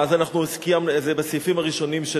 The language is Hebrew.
אנחנו קיימנו, זה בסעיפים הראשונים של